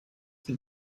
been